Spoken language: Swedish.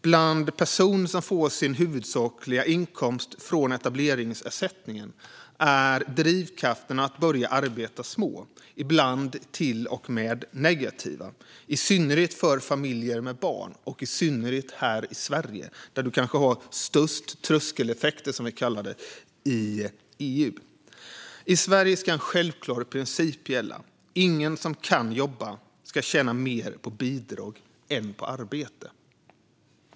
Bland personer som får sin huvudsakliga inkomst från etableringsersättningen är drivkrafterna att börja arbeta små - ibland till och med negativa, i synnerhet för familjer med barn och i synnerhet här i Sverige där man kanske har störst tröskeleffekter i EU. I Sverige ska en självklar princip gälla: Ingen som kan jobba ska tjäna mer på bidrag än på arbete.